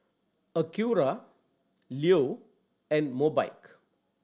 Acura Leo and Mobike